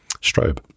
strobe